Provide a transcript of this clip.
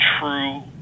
true